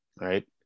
right